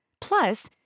Plus